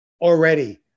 already